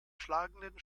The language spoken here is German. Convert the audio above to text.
schlagenden